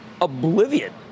oblivion